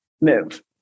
move